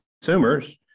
consumers